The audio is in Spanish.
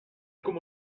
como